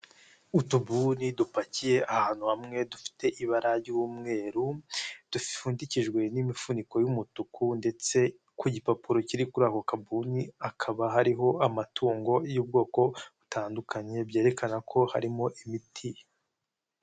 Utubuni dupakiye ahantu hamwe dufite ibara ry'umweru, dupfundikijwe n'imifuniko y'umutuku ndetse ku gipapuro kiri kuri ako kabuni hakaba hariho amatungo y'ubwoko butandukanye byerekana ko harimo imiti.